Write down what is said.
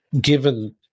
given